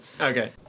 Okay